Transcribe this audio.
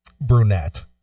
brunette